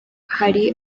hari